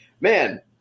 man